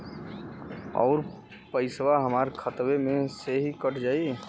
अउर पइसवा हमरा खतवे से ही कट जाई?